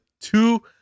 two